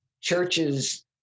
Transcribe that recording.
churches